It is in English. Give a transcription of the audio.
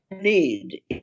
need